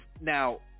Now